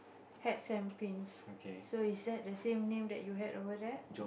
hats and pins so is that the same name that you had over there